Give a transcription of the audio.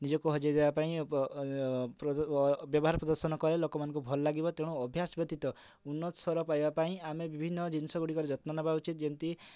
ନିଜକୁ ହଜେଇ ଦେବାପାଇଁ ପ୍ର ବ୍ୟବହାର ପ୍ରଦର୍ଶନ କରେ ଲୋକମାନଙ୍କୁ ଭଲ ଲାଗିବ ତେଣୁ ଅଭ୍ୟାସ ବ୍ୟତୀତ ଉର୍ଣ୍ଣତ ସ୍ଵର ପାଇବା ପାଇଁ ଆମେ ବିଭିନ୍ନ ଜିନିଷ ଗୁଡ଼ିକର ଯତ୍ନ ନେବା ଉଚିତ୍ ଯେମିତି